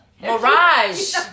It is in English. mirage